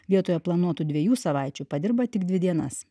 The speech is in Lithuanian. vietoje planuotų dviejų savaičių padirba tik dvi dienas